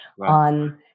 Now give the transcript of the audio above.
on